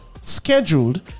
scheduled